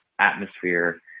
atmosphere